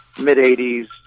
Mid-80s